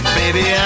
baby